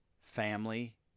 family